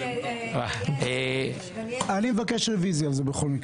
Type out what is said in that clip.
אלקין מבקש על זה רוויזיה.